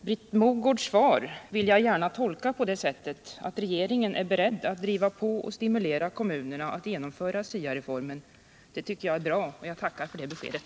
Britt Mogårds svar vill jag tolka så, att regeringen är beredd att driva på och stimulera kommunerna att genomföra SIA-reformen. Det tycker jag är bra, och jag tackar för det beskedet.